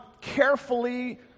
carefully